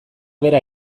bera